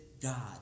God